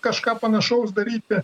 kažką panašaus daryti